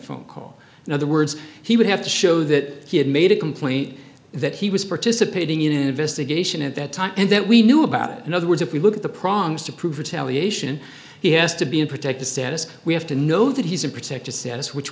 phone call and other words he would have to show that he had made a complaint that he was participating in an investigation at that time and that we knew about it in other words if we look at the prongs to prove retaliation he has to be in protective status we have to know that he's in protective status which